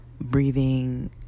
breathing